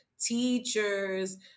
teachers